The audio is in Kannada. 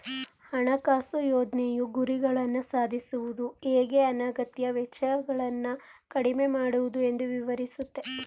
ಹಣಕಾಸು ಯೋಜ್ನೆಯು ಗುರಿಗಳನ್ನ ಸಾಧಿಸುವುದು ಹೇಗೆ ಅನಗತ್ಯ ವೆಚ್ಚಗಳನ್ನ ಕಡಿಮೆ ಮಾಡುವುದು ಎಂದು ವಿವರಿಸುತ್ತೆ